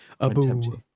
Abu